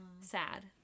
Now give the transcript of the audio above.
Sad